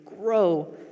grow